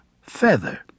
feather